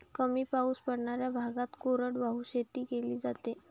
कमी पाऊस पडणाऱ्या भागात कोरडवाहू शेती केली जाते